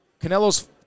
Canelo's